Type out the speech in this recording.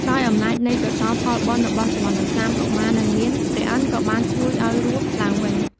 ដោយអំណាចនៃកុសលផលបុណ្យរបស់សុវណ្ណសាមកុមារនៅមាន ព្រះឥន្ទក៏បានជួយឲ្យរស់ឡើងវិញ។